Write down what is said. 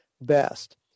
best